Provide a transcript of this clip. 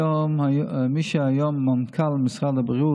מי שהיום מנכ"ל משרד האוצר,